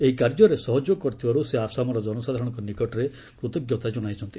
ଏହି କାର୍ଯ୍ୟରେ ସହଯୋଗ କରିଥିବାରୁ ସେ ଆସାମର ଜନସାଧାରଣଙ୍କ ନିକଟରେ କ୍ଷୁତଜ୍ଞତା ଜଣାଇଛନ୍ତି